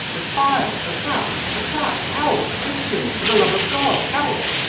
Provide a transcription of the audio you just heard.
a fire! a trap, a trap! help, christians, for the love of god, help!